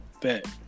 Bet